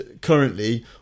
currently